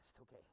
Okay